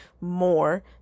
more